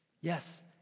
Yes